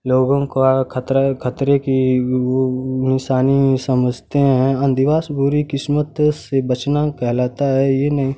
लोगों का खतरा खतरे की निशानी समझते हैं अंधविश्वास बुरी किस्मत से बचना कहलाता है ये मैं